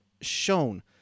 shown